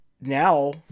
now